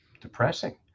depressing